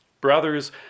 Brothers